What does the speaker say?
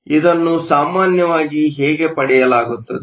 ಆದ್ದರಿಂದ ಇದನ್ನು ಸಾಮಾನ್ಯವಾಗಿ ಹೇಗೆ ಪಡೆಯಲಾಗುತ್ತದೆ